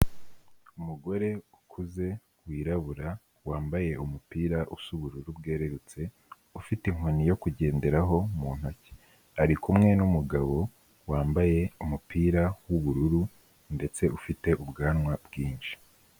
Umugore ukuze, wirabura, wambaye umupira usa ubururu bwerurutse, ufite inkoni yo kugenderaho mu ntoki, ari kumwe n'umugabo wambaye umupira w'ubururu ndetse ufite ubwanwa bwinshi.